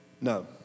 No